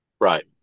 Right